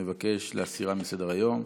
מבקש להסירה מסדר-היום.